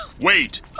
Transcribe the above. wait